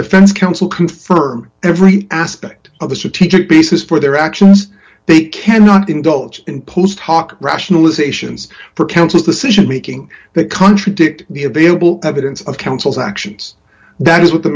defense counsel confirm every aspect of the strategic basis for their actions they cannot indulge in post hoc rationalizations for council's decision making that contradict the available evidence of counsel's actions that is what the